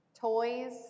toys